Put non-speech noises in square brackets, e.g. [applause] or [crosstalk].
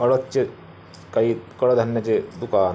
[unintelligible] काही कडधान्याचे दुकान